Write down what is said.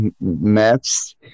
maps